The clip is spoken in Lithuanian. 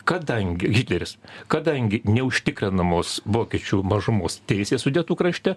kadangi hitleris kadangi neužtikrinamos vokiečių mažumos teisė sudetų krašte